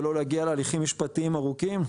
ולא להגיע להליכים משפטיים ארוכים.